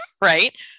right